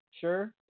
sure